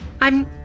I'm